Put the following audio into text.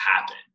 happen